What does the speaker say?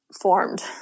formed